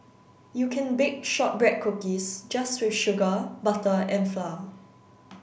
you can bake shortbread cookies just with sugar butter and flour